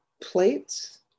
plates